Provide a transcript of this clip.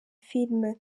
film